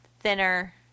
thinner